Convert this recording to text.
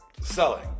selling